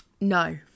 No